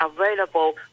available